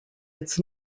its